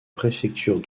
préfecture